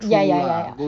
ya ya ya ya